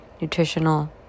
nutritional